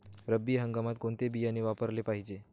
रब्बी हंगामात कोणते बियाणे वापरले पाहिजे?